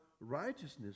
righteousness